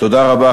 תודה רבה.